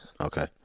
okay